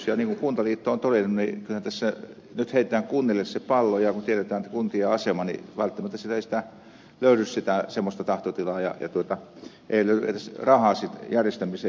niin kuin kuntaliitto on todennut kyllä tässä nyt heitetään kunnille se pallo ja kun tiedetään kuntien asema niin välttämättä siellä ei löydy sitä semmoista tahtotilaa ja ei löydy edes rahaa sen järjestämiseen